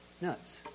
nuts